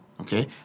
okay